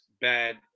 bad